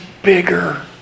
bigger